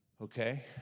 Okay